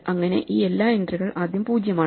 അങ്ങനെ ഈ എല്ലാ എൻട്രികൾ ആദ്യം പൂജ്യം ആണ്